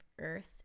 earth